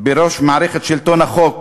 בראש מערכת שלטון החוק